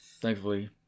Thankfully